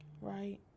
right